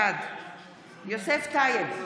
בעד יוסף טייב,